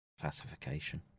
classification